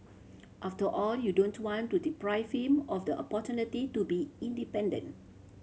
after all you don't want to deprive him of the opportunity to be independent